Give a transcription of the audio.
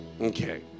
Okay